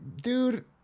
Dude